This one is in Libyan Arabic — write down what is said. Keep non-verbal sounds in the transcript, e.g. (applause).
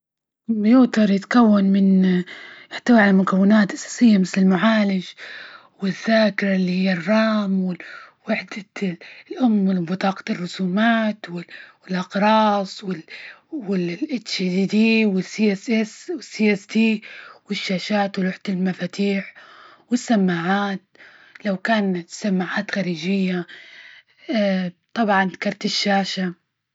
الكمبيوتر يتكون من يحتوي على مكونات أساسية مثل المعالج والذاكرة إللي هي الرام، ووحدة الأم، وبطاقة الرسومات، وال- والأقراص، وال- وال إتش دي، والسى اس اس ، والسى اس تي، والشاشات ولوحة المفاتيح، والسماعات، (noise) لو كانت سماعات خارجية. (hesitation) طبعا كارت الشاشة.